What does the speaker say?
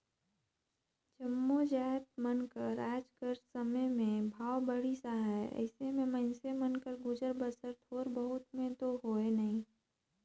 जम्मो जाएत मन कर आएज कर समे में भाव बढ़िस अहे अइसे में मइनसे मन कर गुजर बसर थोर बहुत में दो होए नई